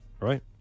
right